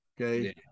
okay